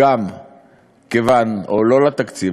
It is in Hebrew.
או לא לתקציב,